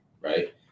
right